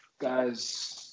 guys